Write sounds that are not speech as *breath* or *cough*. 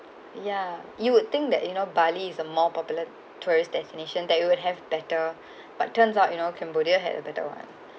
ya uh you would think that you know bali is a more popular tourist destination that you would have better *breath* but turns out you know cambodia had a better one